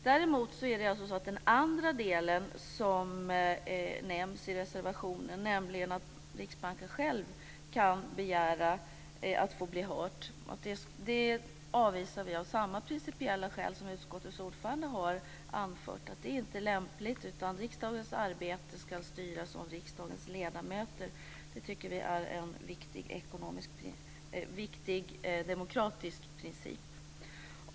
Däremot är det så att vi beträffande den andra delen som nämns i reservationen, att Riksbanken själv kan begära att få bli hörd, är avvisande; detta av samma principiella skäl som utskottets ordförande har anfört - nämligen att det inte är lämpligt, utan riksdagens arbete ska styras av riksdagens ledamöter. Det tycker vi är en viktig demokratisk princip.